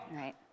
right